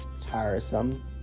tiresome